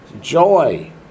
Joy